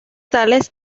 tales